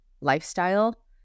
lifestyle